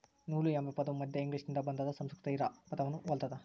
ನೂಲು ಎಂಬ ಪದವು ಮಧ್ಯ ಇಂಗ್ಲಿಷ್ನಿಂದ ಬಂದಾದ ಸಂಸ್ಕೃತ ಹಿರಾ ಪದವನ್ನು ಹೊಲ್ತದ